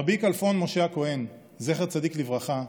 רבי כלפון משה הכהן, זכר צדיק לברכה,